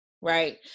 right